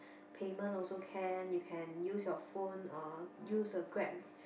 payment also can you can use your phone or use the Grab